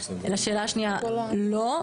לשאלה השנייה, לא.